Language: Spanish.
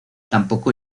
tampoco